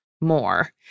more